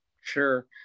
sure